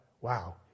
Wow